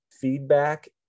feedback